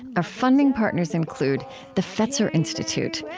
our funding partners include the fetzer institute,